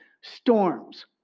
Storms